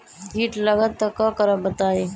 कीट लगत त क करब बताई?